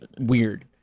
weird